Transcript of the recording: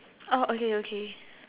oh okay okay